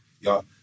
Y'all